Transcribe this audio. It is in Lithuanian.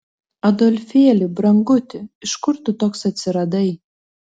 adolfėli branguti iš kur tu toks atsiradai